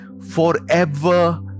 forever